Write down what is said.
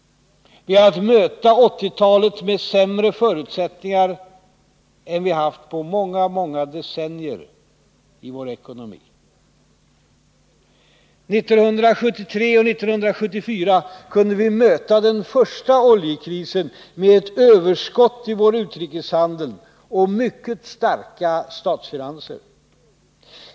Vi har att möta 1980-talet med sämre förutsättningar än vi haft på många, många decennier i vår ekonomi. 1973 och 1974 kunde vi möta den första oljekrisen med överskott i vår utrikeshandel och mycket starka statsfinanser.